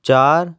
ਚਾਰ